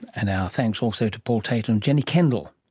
and our thanks also to paul tait and jenny kendall.